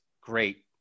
great